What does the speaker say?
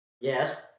Yes